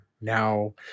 now